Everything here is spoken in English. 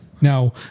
Now